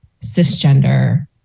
cisgender